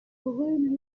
rue